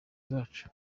zacu